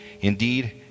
Indeed